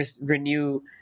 renew